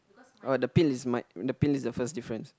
orh the pin is my the pin is the first difference